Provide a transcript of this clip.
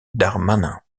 darmanin